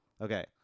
Okay